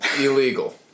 illegal